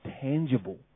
tangible